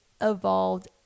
evolved